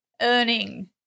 earning